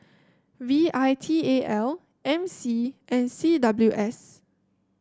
V I T A L M C and C W S